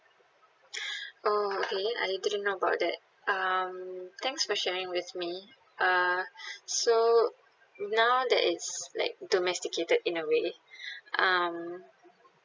oh okay I didn't know about that um thanks for sharing with me uh so now that it's like domesticated in a way um